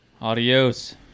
Adios